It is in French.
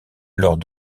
alors